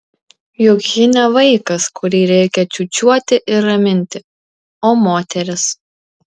juk ji ne vaikas kurį reikia čiūčiuoti ir raminti o moteris